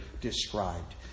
described